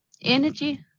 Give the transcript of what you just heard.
energy